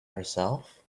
herself